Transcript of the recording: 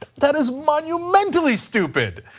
ah that is monumentally stupid.